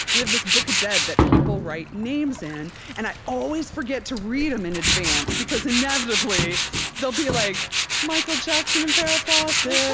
we have this book of dead that people write names in and i always forget to read them in advance because inevitably there'll be like michael jackson and farrah fawcett.